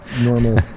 normal